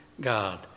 God